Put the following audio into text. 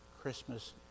Christmas